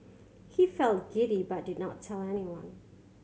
he felt giddy but did not tell anyone